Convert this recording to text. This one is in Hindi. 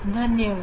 धन्यवाद